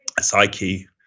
psyche